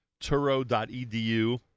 Turo.edu